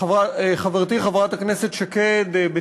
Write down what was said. חברתי חברת הכנסת שקד תיארה,